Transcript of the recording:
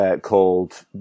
called